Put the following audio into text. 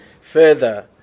further